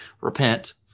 repent